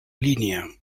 línia